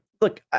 look